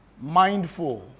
mindful